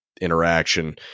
interaction